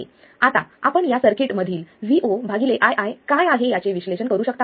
आणि आता आपण या सर्किटमधीलVOii काय आहे याचे विश्लेषण करू शकता